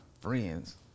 friends